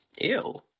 Ew